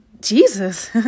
Jesus